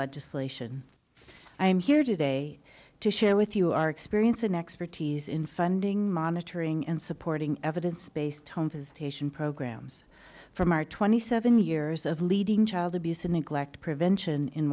legislation i'm here today to share with you our experience and expertise in funding monitoring and supporting evidence based holmes's station programs from our twenty seven years of leading child abuse and neglect prevention in